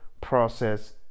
process